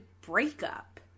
breakup